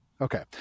Okay